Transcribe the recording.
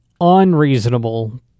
unreasonable